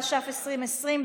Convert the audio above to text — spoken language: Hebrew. התש"ף 2020,